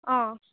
অঁ